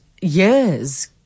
years